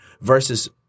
Versus